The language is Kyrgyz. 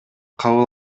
кабыл